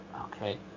Okay